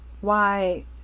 Why